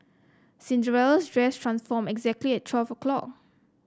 Cinderella's dress transformed exactly at twelve o'clock